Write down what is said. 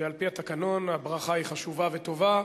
ועל-פי התקנון הברכה היא חשובה וטובה,